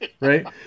right